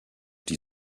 die